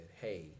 hey